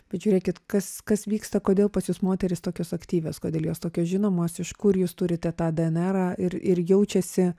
bet žiūrėkit kas kas vyksta kodėl pas jus moterys tokios aktyvios kodėl jos tokios žinomos iš kur jūs turite tą dnr ir ir jaučiasi